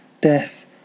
death